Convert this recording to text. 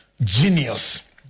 genius